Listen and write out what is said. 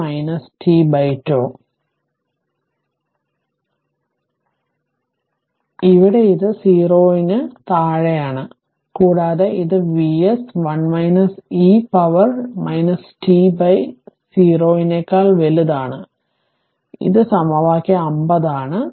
ഇവിടെ ഇത് 0 ന് 0 ന് താഴെയാണ് കൂടാതെ ഇത് Vs 1 e പവറിന് t 0 0 നെക്കാൾ വലുതാണ് ഇത് സമവാക്യം 50 ആണ്